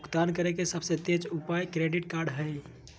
भुगतान करे के सबसे तेज उपाय क्रेडिट कार्ड हइ